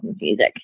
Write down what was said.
music